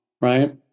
right